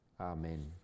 Amen